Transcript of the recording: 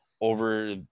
over